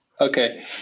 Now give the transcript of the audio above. Okay